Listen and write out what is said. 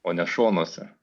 o ne šonuose